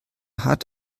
hat